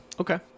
Okay